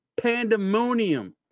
pandemonium